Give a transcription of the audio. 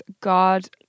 god